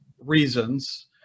reasons